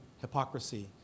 hypocrisy